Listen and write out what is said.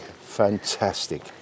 fantastic